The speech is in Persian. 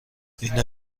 اینا